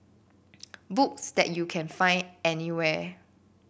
books that you can find anywhere